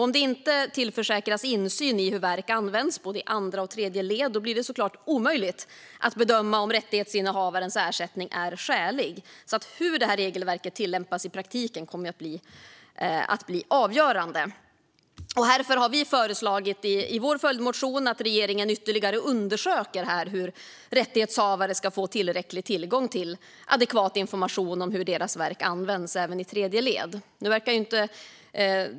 Om det inte tillförsäkras insyn i hur verk används i både andra och tredje led blir det såklart omöjligt att bedöma om rättighetsinnehavarens ersättning är skälig. Hur detta regelverk tillämpas i praktiken kommer alltså att bli avgörande. Därför har vi i vår följdmotion föreslagit att regeringen ytterligare ska undersöka hur rättighetshavare ska få tillräcklig tillgång till adekvat information om hur deras verk används även i tredje led.